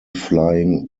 flying